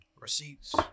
receipts